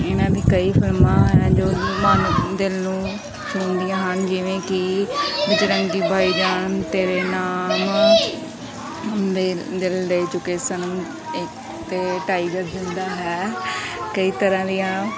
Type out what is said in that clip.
ਇਹਨਾਂ ਦੀ ਕਈ ਫਿਲਮਾਂ ਹੈ ਜੋ ਮਨ ਦਿਲ ਨੂੰ ਛੂੰਹਦੀਆਂ ਹਨ ਜਿਵੇਂ ਕਿ ਬਜਰੰਗੀ ਭਾਈਜਾਨ ਤੇਰੇ ਨਾਮ ਦੇ ਦਿਲ ਦੇ ਚੁੱਕੇ ਸਨਮ ਅਤੇ ਟਾਈਗਰ ਜਿੰਦਾ ਹੈ ਕਈ ਤਰ੍ਹਾਂ ਦੀਆਂ